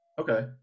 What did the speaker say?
Okay